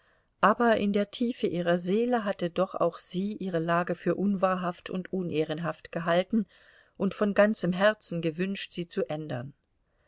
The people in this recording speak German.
aber in der tiefe ihrer seele hatte doch auch sie ihre lage für unwahrhaft und unehrenhaft gehalten und von ganzem herzen gewünscht sie zu ändern